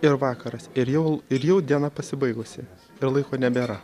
ir vakaras ir jau ir jau diena pasibaigusi ir laiko nebėra